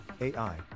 AI